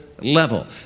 level